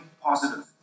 positive